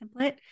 template